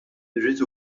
irrid